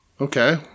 Okay